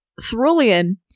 cerulean